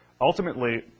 Ultimately